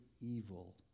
evil